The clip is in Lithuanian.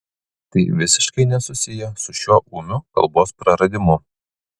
tai visiškai nesusiję su šiuo ūmiu kalbos praradimu